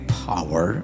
power